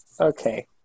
okay